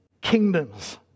kingdoms